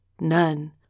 None